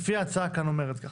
ההצעה כאן אומרת ככה,